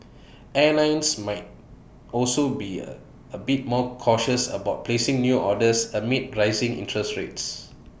airlines might also be A a bit more cautious about placing new orders amid rising interest rates